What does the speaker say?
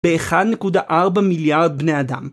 באחד נקודה 4 מיליארד בני אדם